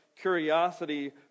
curiosity